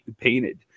painted